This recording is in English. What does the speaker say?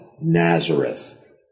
Nazareth